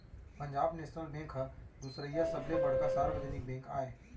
Punjab national bank ह दुसरइया सबले बड़का सार्वजनिक बेंक आय